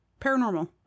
paranormal